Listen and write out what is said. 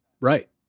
right